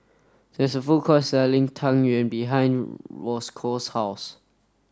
there is a food court selling Tang Yuen behind Roscoe's house